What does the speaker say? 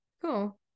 cool